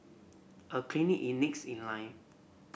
a clinic in needs in line